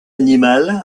animale